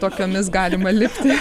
tokiomis galima lipti